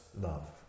Love